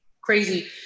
crazy